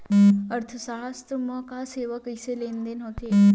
अर्थशास्त्र मा सेवा के कइसे लेनदेन होथे?